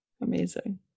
Amazing